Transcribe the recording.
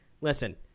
listen